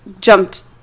jumped